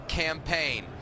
campaign